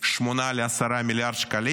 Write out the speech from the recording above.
8 ל-10 מיליארד שקלים.